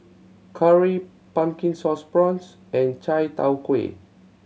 curry Pumpkin Sauce Prawns and chai tow kway